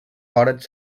vores